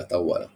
באתר וואלה